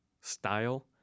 style